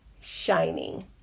shining